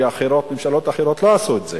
כי ממשלות אחרות לא עשו את זה